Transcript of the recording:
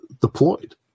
deployed